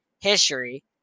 history